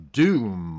doom